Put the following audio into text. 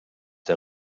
der